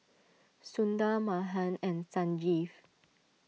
Sundar Mahan and Sanjeev